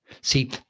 See